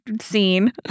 scene